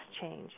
change